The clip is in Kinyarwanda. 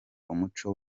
umuco